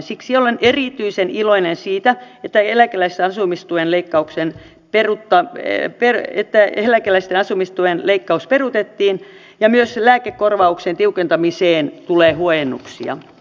siksi olen erityisen iloinen siitä tai eläkeläisten asumistuen leikkauksen perukkaan tietää että eläkeläisten asumistuen leikkaus peruutettiin ja myös lääkekorvauksen tiukentamiseen tulee huojennuksia